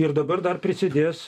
ir dabar dar prisidės